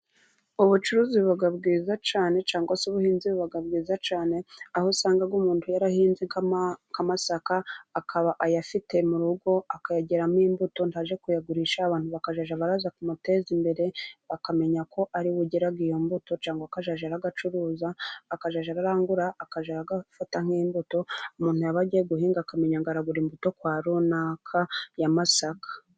Ubucuruzi buba bwiza cyane cyangwa se ubuhinzi buba bwiza cyane, aho usanga umuntu yarahinze amasaka akaba ayafite mu rugo akayagiramo imbuto ntaje kuyagurisha, abantu bakazajya abaraza kumuteza imbere bakamenya ko ariwe ugira iyo mbuto cyangwa kazajya arayacuruza akazajya arayarangura akazajya ayafata nk'imbuto, umuntu yaba agiye guhinga akamenya ngo aragura imbuto kwa runaka ya masaka.